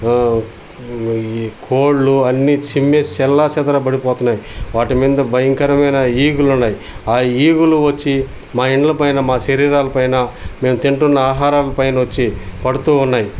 ఈ కోళ్ళు అన్నీ చిమ్మేసి చెల్లాచెదరు పడిపోతున్నాయి వాటి మీద భయంకరమైన ఈగులు ఉన్నాయి ఆ ఈగలు వచ్చి మా ఇండ్ల పైన మా శరీరాల పైన మేము తింటున్న ఆహారాల పైన వచ్చి పడుతూ ఉన్నాయి